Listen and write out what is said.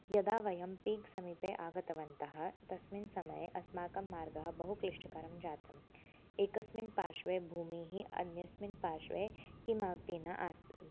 यदा वयं पीक् समीपे आगतवन्तः तस्मिन् समये अस्माकं मार्गः बहु क्लिष्टकरं जातम् एकस्मिन् पार्श्वे भूमिः अन्यस्मिन् पार्श्वे किमपि न आसन्